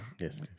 Yes